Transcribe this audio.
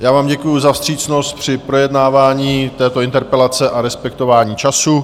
Já vám děkuji za vstřícnost při projednávání této interpelace a respektování času.